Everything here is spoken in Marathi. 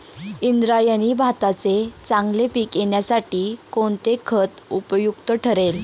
इंद्रायणी भाताचे चांगले पीक येण्यासाठी कोणते खत उपयुक्त ठरेल?